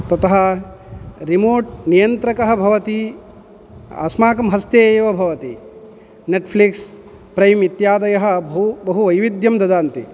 ततः रिमोट् नियन्त्रकः भवति अस्माकं हस्ते एव भवति नेट्फ्लिक्स् प्रैम् इत्यादयः बहु बहु वैविध्यं ददाति